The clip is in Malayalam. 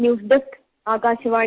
news desk Akashvani